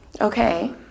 Okay